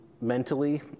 mentally